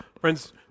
Friends